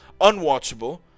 Unwatchable